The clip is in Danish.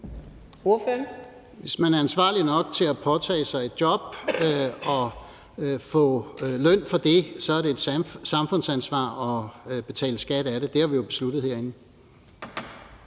Hvis man er ansvarlig nok til at påtage sig et job og få løn for det, så er det et samfundsansvar at betale skat af det. Det har vi jo besluttet herinde.